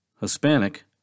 Hispanic